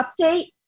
update